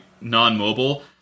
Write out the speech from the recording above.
non-mobile